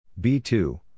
B2